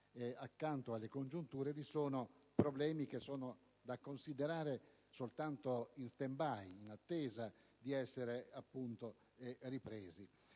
di là delle congiunture, vi sono problemi che sono da considerare soltanto in *standby*, in attesa cioè di essere ripresi.